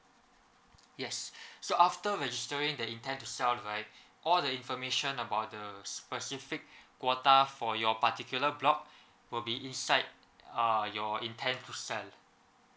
yes so after registering the intend to sell right all the information about the specific quota for your particular block will be inside uh your intend to sell